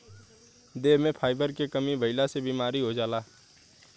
देह में फाइबर के कमी भइला से बीमारी हो जाला